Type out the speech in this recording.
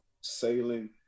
sailing